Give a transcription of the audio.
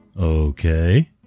Okay